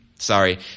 Sorry